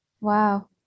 Wow